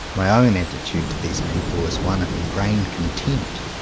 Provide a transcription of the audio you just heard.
my own attitude to these people is one of in grained contempt.